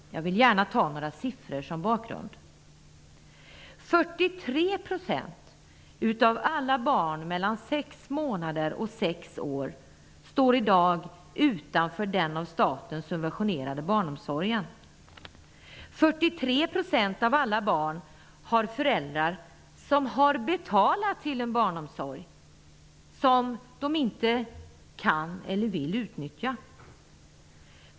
Jag vill gärna nämna några siffror. 43 % av alla barn mellan 6 månader och 6 år står i dag utanför den av staten subventionerade barnomsorgen. 43 % av alla barn har föräldrar som har betalat till en barnomsorg som de inte kan eller vill utnyttja.